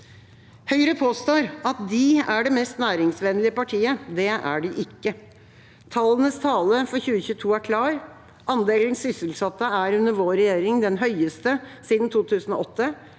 Høyre påstår at de er det mest næringsvennlige partiet. Det er de ikke. Tallenes tale for 2022 er klar: Andelen sysselsatte er under vår regjering den høyeste siden 2008,